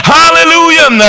hallelujah